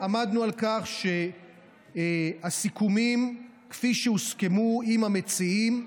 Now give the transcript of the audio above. עמדנו על כך שהסיכומים כפי שהוסכמו עם המציעים,